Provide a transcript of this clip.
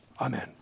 Amen